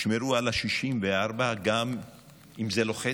ישמרו על ה-64 גם אם זה לוחץ,